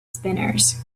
spinners